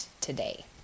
today